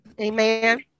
Amen